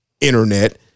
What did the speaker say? Internet